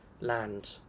land